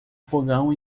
fogão